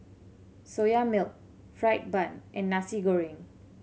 Soya Milk fried bun and Nasi Goreng